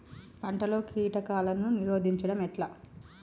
పంటలలో కీటకాలను నిరోధించడం ఎట్లా?